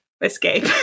escape